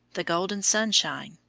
the golden sunshine,